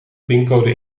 pincode